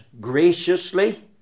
graciously